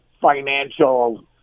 financial